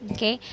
Okay